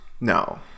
no